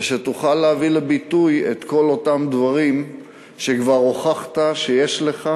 ושתוכל להביא לביטוי את כל אותם דברים שכבר הוכחת שיש לך